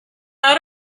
how